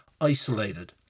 isolated